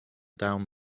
down